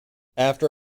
after